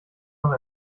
noch